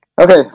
Okay